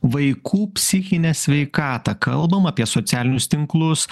vaikų psichinę sveikatą kalbam apie socialinius tinklus